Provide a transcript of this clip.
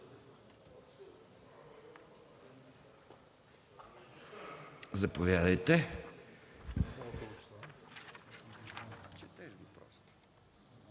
Заповядайте,